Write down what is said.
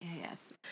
yes